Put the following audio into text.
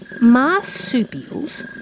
Marsupials